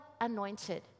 anointed